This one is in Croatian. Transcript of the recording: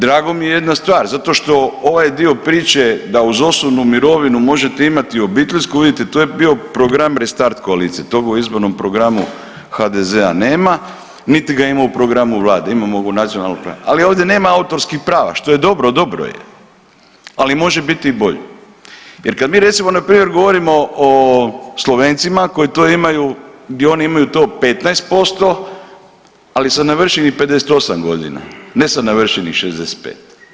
Drago mi je, drago mi je jedna stvar, zato što ovaj dio priče da uz osobnu mirovinu možete imati obiteljsku, vidite, to je bio program Restart koalicije, toga u izbornom programu HDZ-a nema niti ga ima u programu Vlade, imamo ovu nacionalnu .../nerazumljivo/... ali ovdje nema autorskih prava, što je dobro, dobro je, ali može biti i bolje jer kad mi recimo, npr. govorimo o Slovencima koji to imaju, di oni to imaju to 15%, ali sa navršenih 58 godina, ne sa navršenih 65.